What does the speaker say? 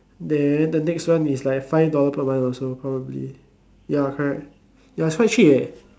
then the next one is like five dollar per month also probably ya correct ya it's quite cheap